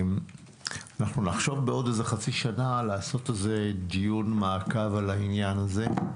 אנחנו נחשוב בעוד חצי שנה לקיים דיון מעקב על העניין הזה,